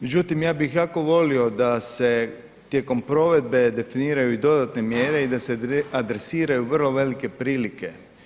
Međutim, ja bih jako volio da se tijekom provedbe definiraju i dodatne mjere i da se adresiraju vrlo velike prilike.